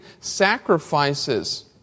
sacrifices